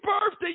birthday